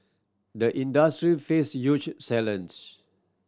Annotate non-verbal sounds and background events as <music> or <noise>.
the industry face huge <unintelligible>